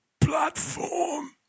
platform